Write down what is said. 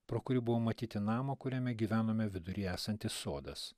pro kurį buvo matyti namo kuriame gyvenome viduryje esantis sodas